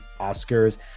Oscars